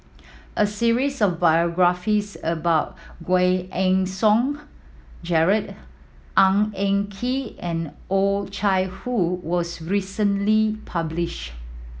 a series of biographies about Giam Yean Song Gerald Ng Eng Kee and Oh Chai Hoo was recently published